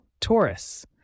Taurus